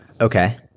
okay